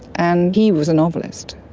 and he was a novelist.